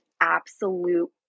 absolute